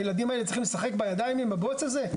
הילדים האלה צריכים לשחק בידיים עם הבוץ הזה?